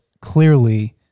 clearly